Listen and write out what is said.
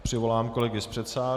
Přivolám kolegy z předsálí.